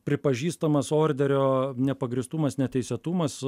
pripažįstamas orderio nepagrįstumas neteisėtumas